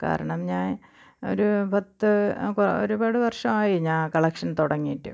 കാരണം ഞാൻ ഒരു പത്ത് കൊ ഒരുപാട് വർഷമായി ഞാൻ കളക്ഷൻ തുടങ്ങിയിട്ട്